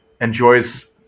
enjoys